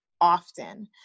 often